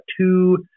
two